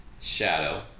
Shadow